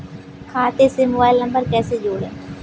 खाते से mobile number कैसे जोड़ें?